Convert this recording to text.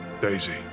Daisy